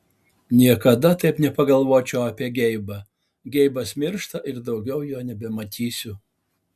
niekada taip nepagalvočiau apie geibą geibas miršta ir daugiau jo nebematysiu